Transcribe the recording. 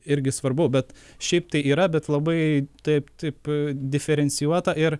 irgi svarbu bet šiaip tai yra bet labai taip taip diferencijuota ir